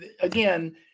again